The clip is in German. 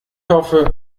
hoffe